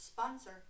Sponsor